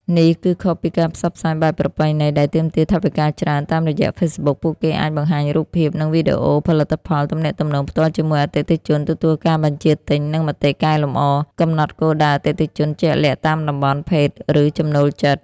នេះគឺខុសពីការផ្សព្វផ្សាយបែបប្រពៃណីដែលទាមទារថវិកាច្រើន តាមរយៈ Facebook ពួកគេអាច បង្ហាញរូបភាព និងវីដេអូផលិតផល ទំនាក់ទំនងផ្ទាល់ជាមួយអតិថិជន ទទួលការបញ្ជាទិញ និងមតិកែលម្អ កំណត់គោលដៅអតិថិជនជាក់លាក់តាមតំបន់ ភេទ ឬចំណូលចិត្ត។